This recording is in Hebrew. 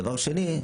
דבר שני,